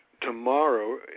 tomorrow